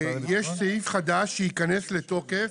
סעיף חדש שייכנס לתוקף,